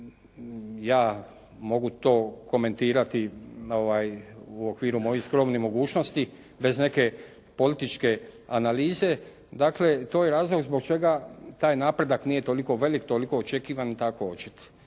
ja mogu to komentirati u okviru mojih skromnih mogućnosti bez neke političke analize. Dakle to je razlog zbog čega taj napredak nije toliko velik, toliko očekivan i tako očit.